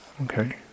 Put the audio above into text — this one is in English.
okay